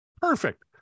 Perfect